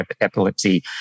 epilepsy